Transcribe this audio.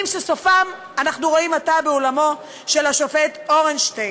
שאת סופם אנחנו רואים עתה באולמו של השופט אורנשטיין.